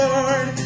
Lord